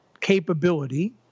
capability